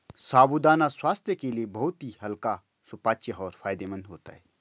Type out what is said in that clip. साबूदाना स्वास्थ्य के लिए बहुत ही हल्का सुपाच्य और फायदेमंद होता है